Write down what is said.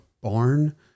barn